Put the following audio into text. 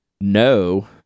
No